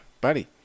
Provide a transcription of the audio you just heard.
buddy